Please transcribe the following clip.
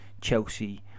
Chelsea